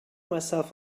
myself